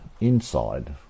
inside